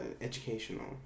educational